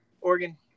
Oregon